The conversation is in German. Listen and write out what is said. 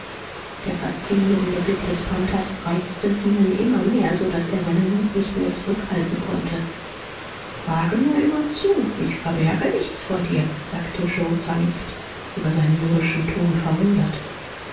der faszinierende blick des panthers reizte zenon immer mehr so daß er seine wut nicht mehr zurückhalten konnte frage nur immer zu ich verberge nichts vor dir sagte yoe sanft über seinen mürrischen ton verwundert